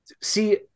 See